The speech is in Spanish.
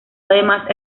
además